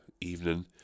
evening